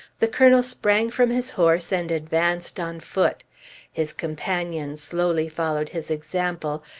the colonel sprang from his horse and advanced on foot his companion slowly followed his example,